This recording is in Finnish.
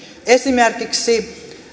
esimerkiksi